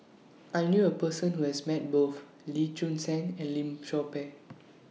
I knew A Person Who has Met Both Lee Choon Seng and Lim Chor Pee